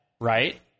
right